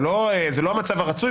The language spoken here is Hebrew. זה לא המצב הרצוי,